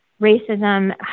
racism